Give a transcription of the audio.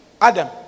Adam